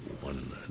one